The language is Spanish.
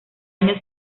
año